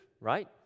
right